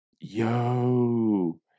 Yo